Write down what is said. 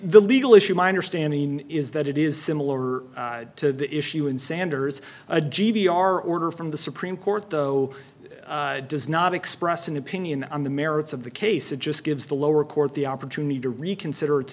the legal issue minor standing is that it is similar to the issue in sanders a g d r order from the supreme court though does not express an opinion on the merits of the case it just gives the lower court the opportunity to reconsider its